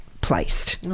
placed